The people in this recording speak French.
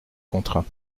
contrats